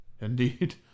Indeed